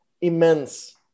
immense